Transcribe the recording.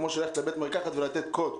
כמו ללכת לבית מרקחת ולתת קוד,